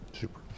Super